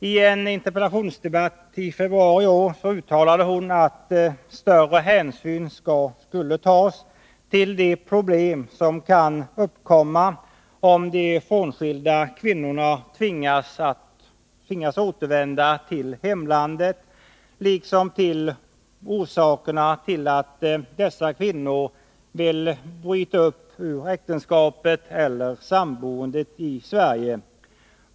I en interpellationsdebatt i februari i år uttalade hon att större hänsyn skulle tas till de problem som kan uppkomma om de frånskilda kvinnorna tvingas återvända till hemlandet, liksom till orsakerna till att dessa kvinnor vill bryta upp ur äktenskapet eller samboendet i Sverige.